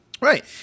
Right